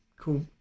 cool